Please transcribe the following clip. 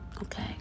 Okay